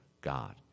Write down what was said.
God